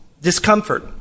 discomfort